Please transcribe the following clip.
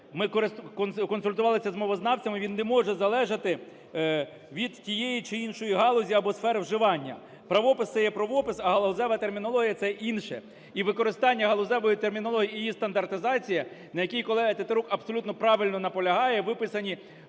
ми консультувалися з мовознавцями, він не може залежати від тієї чи іншої галузі або сфери вживання. Правопис – це є правопис, а галузева термінологія – це інше. І використання галузевої термінології і її стандартизація, на якій колега Тетерук абсолютно правильно наполягає, виписані